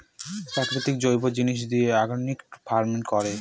প্রাকৃতিক জৈব জিনিস দিয়ে অর্গানিক ফার্মিং করে